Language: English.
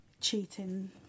Cheating